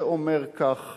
שאומר כך